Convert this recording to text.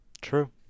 true